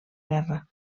guerra